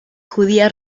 judía